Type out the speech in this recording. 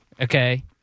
okay